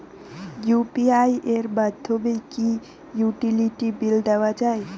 UPI এর মাধ্যমে কি ইউটিলিটি বিল দেওয়া যায়?